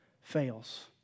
fails